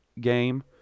game